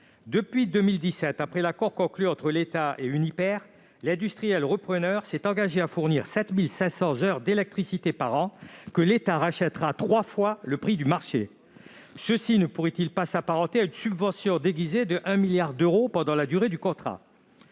Depuis 2017, après l'accord conclu entre l'État et Uniper, l'industriel repreneur s'est engagé à fournir 7 500 heures d'électricité par an, que l'État rachètera trois fois le prix du marché. Un tel procédé ne pourrait-il pas s'apparenter à une subvention déguisée de 1 milliard d'euros pendant la durée du contrat ?